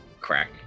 crack